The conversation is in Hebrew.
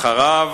אחריו,